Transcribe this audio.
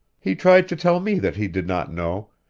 he tried to tell me that he did not know,